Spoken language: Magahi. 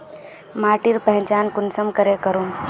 माटिर पहचान कुंसम करे करूम?